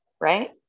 right